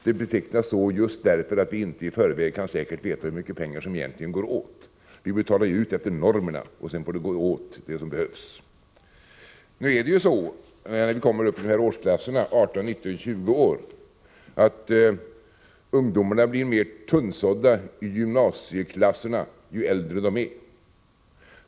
Det betecknas så just därför att vi inte i förväg kan säkert veta hur mycket pengar som egentligen går åt. Vi betalar ju ut efter normerna, och sedan får det gå åt så mycket som behövs. När man kommer upp i årsklasserna 18, 19, 20 år är det ju så att ungdomarna blir mer tunnsådda i gymnasieklasserna ju äldre de är.